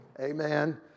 amen